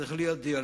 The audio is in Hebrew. צריך להיות דיאלוג.